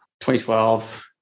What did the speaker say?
2012